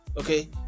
Okay